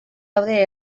daude